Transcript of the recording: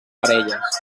parelles